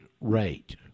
rate